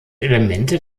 elemente